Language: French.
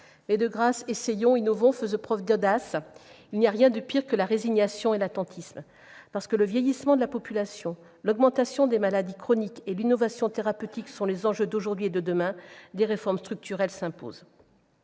De grâce, essayons, innovons, faisons preuve d'audace ! Il n'y a rien de pire que la résignation et l'attentisme. Parce que le vieillissement de la population, l'augmentation des maladies chroniques et l'innovation thérapeutique sont les enjeux d'aujourd'hui et de demain, des réformes structurelles s'imposent.